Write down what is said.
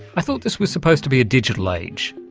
i thought this was supposed to be a digital age.